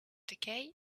decay